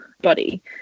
body